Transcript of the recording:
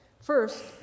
First